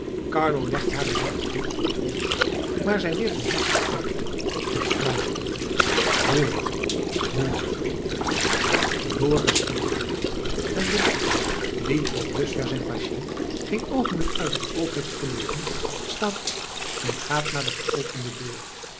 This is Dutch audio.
carlo legt haar een natten doek op het hoofd maar zij weert hem zachtjes af en fluistert hoor hoor dorus speelt voort en de dokter die tot dusver zijn patiënt geen oogenblik uit het oog heeft verloren staat op en gaat naar de geopende deur